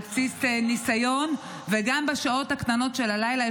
על בסיס ניסיון וגם בשעות הקטנות של הלילה.